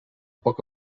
poc